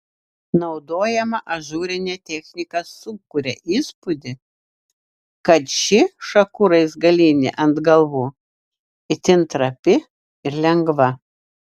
naudojama ažūrinė technika sukuria įspūdį kad ši šakų raizgalynė ant galvų itin trapi ir lengva